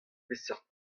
peseurt